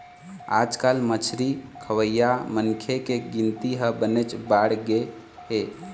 आजकाल मछरी खवइया मनखे के गिनती ह बनेच बाढ़गे हे